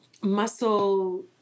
muscle